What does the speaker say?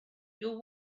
your